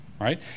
right